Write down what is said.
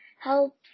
help